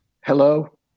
hello